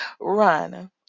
run